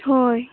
ᱦᱳᱭ